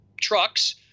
trucks